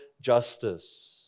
justice